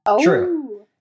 True